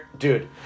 Dude